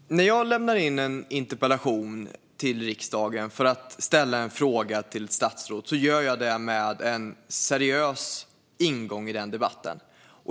Fru talman! När jag lämnar in en interpellation till riksdagen för att ställa en fråga till ett statsråd gör jag det med en seriös ingång i debatten.